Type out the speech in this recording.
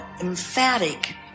emphatic